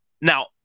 Now